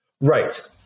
Right